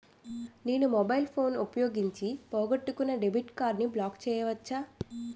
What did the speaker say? నేను mobile phone ఉపయోగించి పోగొట్టుకున్న డెబిట్ కార్డ్ని బ్లాక్ చేయవచ్చా?